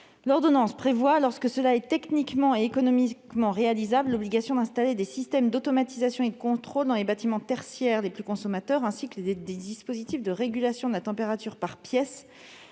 ordonnance prévoit, lorsque cela est techniquement et économiquement réalisable, l'obligation d'installer des systèmes d'automatisation et de contrôle dans les bâtiments tertiaires les plus consommateurs, ainsi que des dispositifs de régulation de la température par pièce